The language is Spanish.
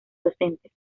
docentes